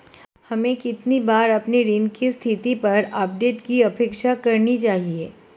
हमें कितनी बार अपने ऋण की स्थिति पर अपडेट की अपेक्षा करनी चाहिए?